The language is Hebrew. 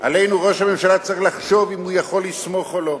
עלינו ראש הממשלה צריך לחשוב אם הוא יכול לסמוך או לא.